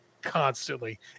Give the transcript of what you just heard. constantly